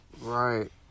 Right